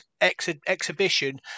exhibition